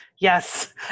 Yes